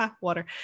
water